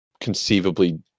conceivably